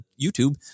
YouTube